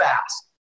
fast